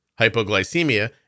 hypoglycemia